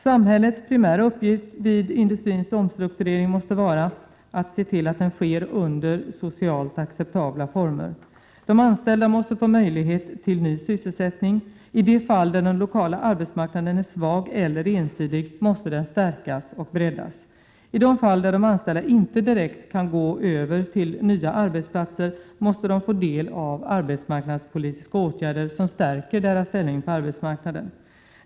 Samhällets primära uppgift vid industrins omstrukturering måste vara att se till att den sker under socialt acceptabla former. De anställda måste få möjlighet till ny sysselsättning. I de fall där den lokala arbetsmarknaden är svag eller ensidig måste denna stärkas och breddas. I de fall där de anställda inte direkt kan gå över till nya arbetsplatser måste de få del av arbetsmarknadspolitiska åtgärder som stärker deras ställning på arbetsmarknaden.